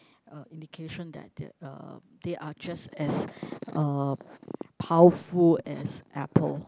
a indication that uh they are just as uh powerful as Apple